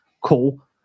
cool